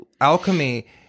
alchemy